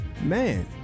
man